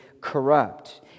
corrupt